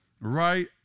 right